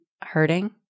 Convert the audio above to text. hurting